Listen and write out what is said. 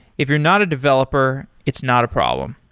if you're not a developer, it's not a problem.